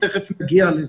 ותכף נגיע לזה.